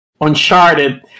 Uncharted